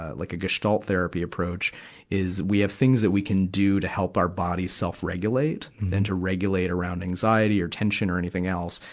ah like a gestalt therapy approach is, we have things that we can do to help our bodies self-regulate and to regulate around anxiety or tension or anything else.